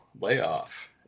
Layoff